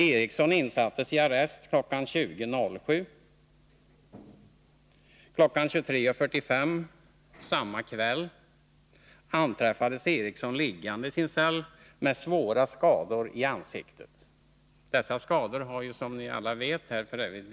Eriksson insattes i arrest kl. 20.07. Kl. 23.45 samma kväll anträffades Eriksson liggande i sin cell med svåra skador i ansiktet. Dessa skador har, som ni alla vet, visats i TV.